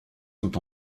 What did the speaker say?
sont